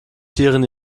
tieren